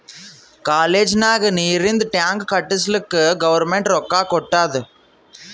college ನಾಗ್ ನೀರಿಂದ್ tank ಕಟ್ಟುಸ್ಲಕ್ ಗೌರ್ಮೆಂಟ್ ರೊಕ್ಕಾ ಕೊಟ್ಟಾದ್